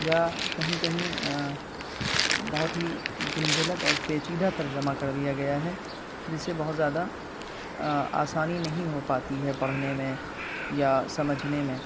یا کہیں کہیں بہت ہی گنجلک اور پیچیدہ ترجمہ کر دیا گیا ہے جس سے بہت زیادہ آسانی نہیں ہو پاتی ہے پڑھنے میں یا سمجھنے میں